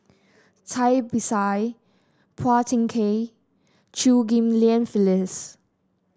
Cai Bixia Phua Thin Kiay Chew Ghim Lian Phyllis